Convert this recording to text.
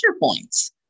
points